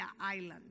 Island